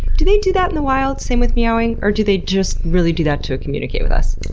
do they do that and the wild? same with meowing? or do they just really do that to communicate with us?